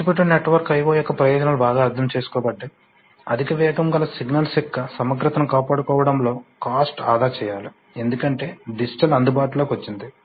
distributed network io యొక్క ప్రయోజనాలు బాగా అర్థం చేసుకోబడ్డాయి అధిక వేగం గల సిగ్నల్స్ యొక్క సమగ్రతను కాపాడుకోవడంలో కాస్ట్ ఆదా చేయాలి ఎందుకంటే డిజిటల్ అందుబాటులోకి వచ్చింది